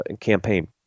campaign